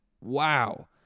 wow